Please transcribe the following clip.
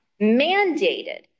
mandated